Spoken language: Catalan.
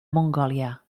mongòlia